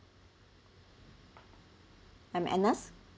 I'm agnes